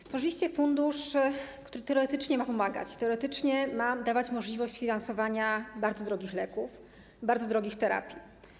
Stworzyliście fundusz, który teoretycznie ma pomagać, teoretycznie ma dawać możliwość sfinansowania bardzo drogich leków, bardzo drogich terapii.